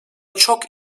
çok